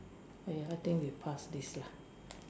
eh I think we pass this lah